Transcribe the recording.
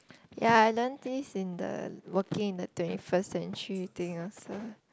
ya and then this in the working in the twenty first century thing also